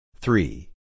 Three